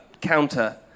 counter